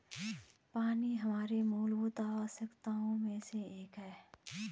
पानी हमारे मूलभूत आवश्यकताओं में से एक है